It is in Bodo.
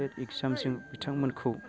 टेट एक्जामजों बिथांमोनखौ